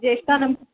ज्येष्टानां